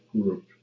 group